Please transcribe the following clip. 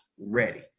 ready